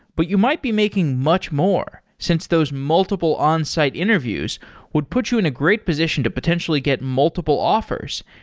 but you might be making much more since those multiple onsite onsite interviews would put you in a great position to potentially get multiple offers,